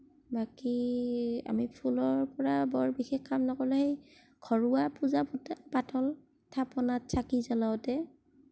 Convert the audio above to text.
বাকি আমি ফুলৰ পৰা বৰ বিশেষ কাম নকৰোঁ এই ঘৰুৱা পূজা পাতল থাপনাত চাকি জ্বলাওঁতে